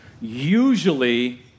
usually